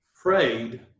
prayed